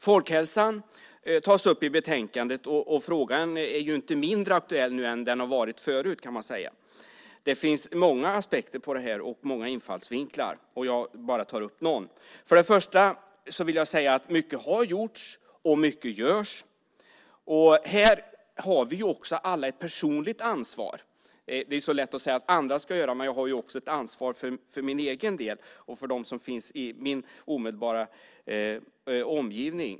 Folkhälsan tas upp i betänkandet. Frågan är inte mindre aktuell nu än den har varit förut. Det finns många aspekter och infallsvinklar på detta. Jag tar bara upp några. Mycket har gjorts och mycket görs. Här har vi alla ett personligt ansvar. Det är lätt att säga att andra ska göra något, men jag har också ett ansvar för min egen del och för dem som finns i min omedelbara omgivning.